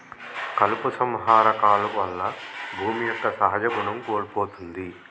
కలుపు సంహార కాలువల్ల భూమి యొక్క సహజ గుణం కోల్పోతుంది